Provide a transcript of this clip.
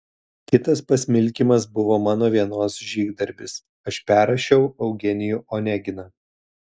kitas pasmilkymas buvo mano vienos žygdarbis aš perrašiau eugenijų oneginą